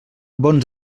bons